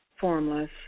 formless